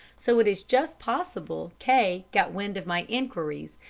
so it is just possible k got wind of my enquiries,